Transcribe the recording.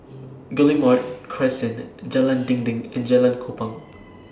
Guillemard Crescent Jalan Dinding and Jalan Kupang